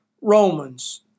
Romans